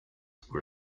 were